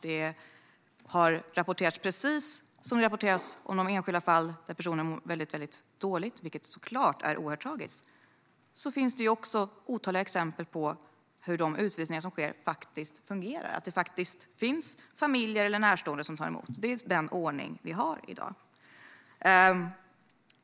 Det har rapporterats om enskilda fall där en person mår väldigt dåligt, vilket såklart är oerhört tragiskt. Men det finns också otaliga exempel på hur de utvisningar som sker faktiskt fungerar och där det finns familjer eller närstående som tar emot. Det är den ordning vi har i dag.